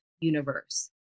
universe